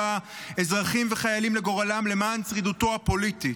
אזרחים וחיילים לגורלם למען שרידותו הפוליטית.